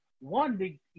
one